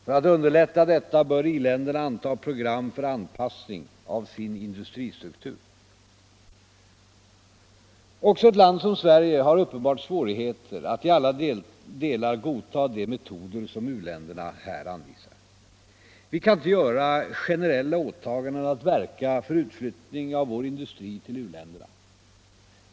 För att underlätta detta bör i-länderna anta program för anpassning av sin industristruktur. Också ett land som Sverige har uppenbart svårigheter att i alla delar godta de metoder som u-länderna här anvisar. Vi kan inte göra generella åtaganden att verka för utflyttning av vår industri till u-länderna.